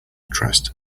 trust